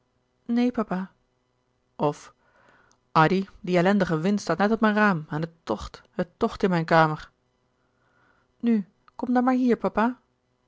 neen papa of addy die ellendige wind staat net op mijn raam en het tocht het tocht in mijn kamer nu kom dan maar hier papa